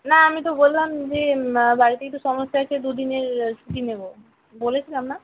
না আমি তো বললাম যে বাড়িতে একটু সমস্যা আছে দু দিনের ছুটি নেবো বলেছিলাম না